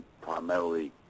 primarily